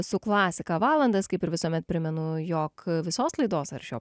su klasika valandas kaip ir visuomet primenu jog visos laidos ar šio